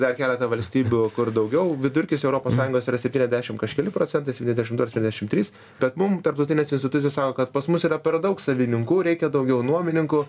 dar keleta valstybių kur daugiau vidurkis europos sąjungos yra septyniasdešim kažkeli procentai septyniasdešim du ar septyniasdešim trys bet mum tarptautinės institucijos sako kad pas mus yra per daug savininkų reikia daugiau nuomininkų